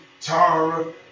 Tara